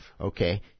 Okay